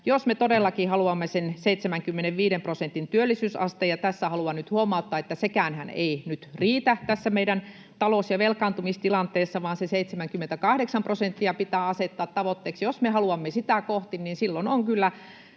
jos me todellakin haluamme sen 75 prosentin työllisyysasteen — ja tässä haluan nyt huomauttaa, että sekäänhän ei nyt riitä tässä meidän talous‑ ja velkaantumistilanteessa, vaan se 78 prosenttia pitää asettaa tavoitteeksi — jos me haluamme sitä kohti, niin silloin on kyllä